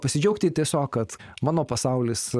pasidžiaugti tiesiog kad mano pasaulis